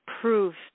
Proof